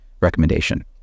recommendation